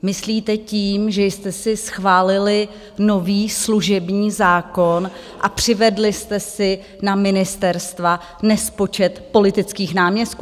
Myslíte tím, že jste si schválili nový služební zákon a přivedli jste si na ministerstva nespočet politických náměstků?